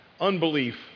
unbelief